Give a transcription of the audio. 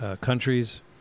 countries